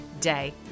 Day